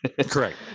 correct